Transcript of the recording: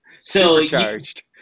Supercharged